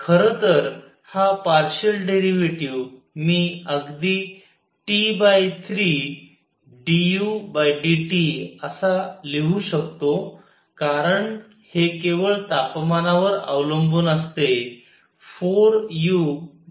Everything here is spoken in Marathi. खरं तर हा पार्शियल डेरीवेटीव्ह मी अगदी T3dudT असा लिहू शकतो कारण हे केवळ तपमानावर अवलंबून असते 4u3